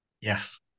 Yes